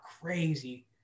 crazy